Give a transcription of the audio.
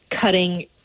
cutting